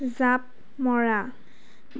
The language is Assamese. জাঁপ মৰা